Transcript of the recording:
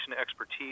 expertise